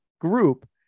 group